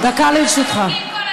דקה לרשותך.